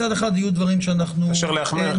מצד אחד, יהיו דברים שנקל בהם.